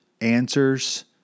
answers